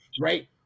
right